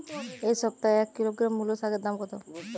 এ সপ্তাহে এক কিলোগ্রাম মুলো শাকের দাম কত?